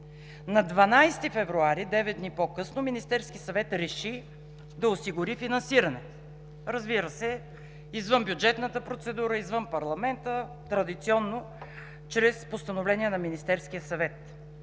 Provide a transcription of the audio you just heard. На 12 февруари, девет дни по-късно, Министерският съвет реши да осигури финансиране, разбира се, извън бюджетната процедура, извън парламента, традиционно чрез постановление на Министерския съвет.